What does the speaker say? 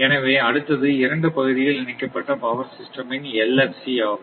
எனவே அடுத்தது இரண்டு பகுதிகள் இணைக்கப்பட்ட பவர் சிஸ்டம் இன் LFC ஆகும்